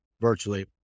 virtually